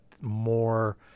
more